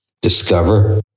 Discover